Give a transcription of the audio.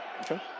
Okay